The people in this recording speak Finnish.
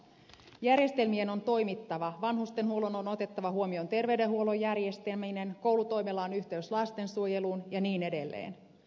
järjestelmien on toimittava vanhustenhuollon on otettava huomioon terveydenhuollon järjestäminen koulutoimella on yhteys lastensuojeluun ja niin edelleen